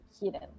hidden